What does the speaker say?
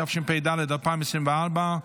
התשפ"ד 2024,